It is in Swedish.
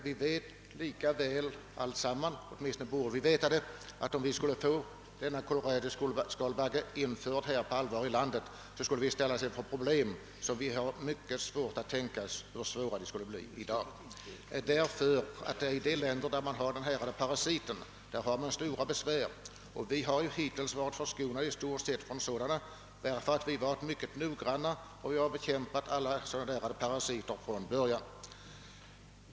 Vi vet allesammans — eller borde veta — att om koloradoskalbaggen skulle komma in i vårt land, så skulle vi ställas inför problem, vilkas omfattning vi har mycket svårt att föreställa oss. I de länder där denna parasit finns har man mycket stora besvär. Vi har hittills varit förskonade, därför att vi varit mycket noggranna och bekämpat alla sådana parasiter från början.